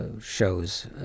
shows